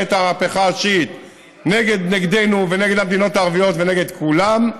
את המהפכה השיעית נגדנו ונגד המדינות הערביות ונגד כולם,